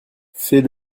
fais